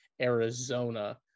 Arizona